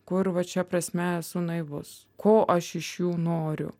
kur vat šia prasme esu naivus ko aš iš jų noriu